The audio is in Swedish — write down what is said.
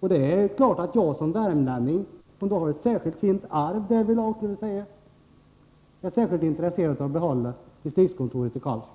Det är klart att jag som värmlänning är särskilt intresserad av att behålla distriktskontoret i Karlstad, eftersom vi har ett speciellt fint kulturarv i Värmland.